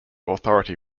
authority